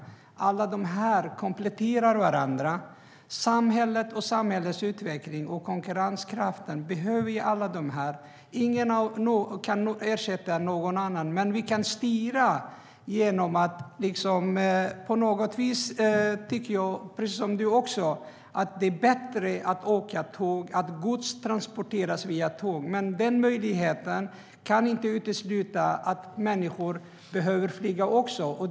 Alla dessa kompletterar varandra. Samhället och samhällets utveckling och konkurrenskraft behöver alla dessa. Inget av dem kan ersätta något annat, men vi kan styra. Jag tycker precis som du att det är bättre att åka tåg och att gods transporteras via tåg. Men den möjligheten kan inte utesluta att människor också behöver flyga.